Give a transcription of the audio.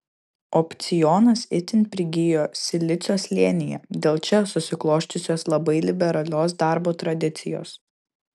opcionas itin prigijo silicio slėnyje dėl čia susiklosčiusios labai liberalios darbo tradicijos